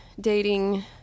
dating